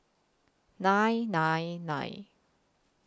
nine nine nine